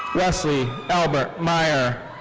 wesley albert meyer.